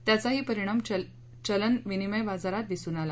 त्याचाही परिणाम चलन विनिमय बाजारात दिसून आला